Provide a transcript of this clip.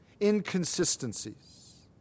inconsistencies